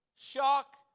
shock